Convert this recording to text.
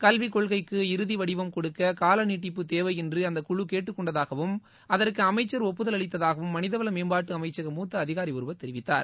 கல்விக் கொள்கைக்கு இறுதி வடிவம் கொடுக்க கால நீடிப்பு தேவை என்று அந்தக் குழு கேட்டுக்கொண்டதாகவும் அதற்கு அமைச்சர் ஒப்புதல் அளித்தாகவும் மனிதவள மேம்பாட்டு அமைச்சக மூத்த அதிகாரி ஒருவர் தெரிவித்தார்